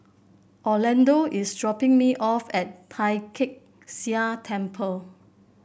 Orlando is dropping me off at Tai Kak Seah Temple